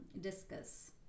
discuss